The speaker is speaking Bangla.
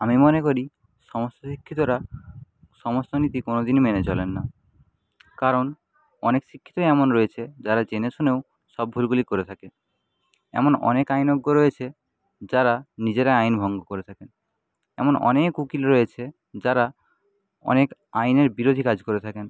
আমি মনে করি সমস্ত শিক্ষিতরা সমস্ত নীতি কোনোদিনই মেনে চলেন না কারণ অনেক শিক্ষিতই এমন রয়েছে যারা জেনে শুনেও সব ভুলগুলি করে থাকে এমন অনেক আইনজ্ঞ রয়েছে যারা নিজেরাই আইন ভঙ্গ করে থাকে এমন অনেক উকিল রয়েছে যারা অনেক আইনের বিরোধী কাজ করে থাকেন